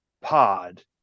pod